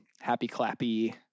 happy-clappy-